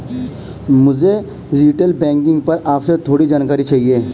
मुझे retail banking पर आपसे थोड़ी जानकारी चाहिए